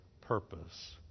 purpose